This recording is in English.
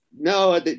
No